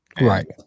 Right